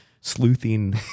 sleuthing